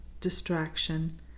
distraction